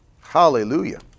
Hallelujah